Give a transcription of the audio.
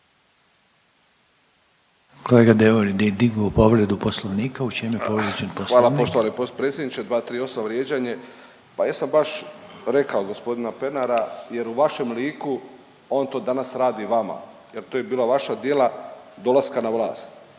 Kolega Deur je dignuo povredu Poslovnika. U čemu je povrijeđen Poslovnik? **Deur, Ante (HDZ)** Hvala poštovani potpredsjedniče. 238. vrijeđanje. Pa jesam baš rekao gospodina Pernara jer u vašem liku on to danas radi vama jer to je bila vaša djela dolaska na vlast.